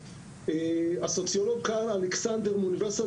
הסוציולוג קארל אלכסנדר מאוניברסיטת